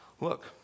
Look